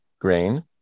grain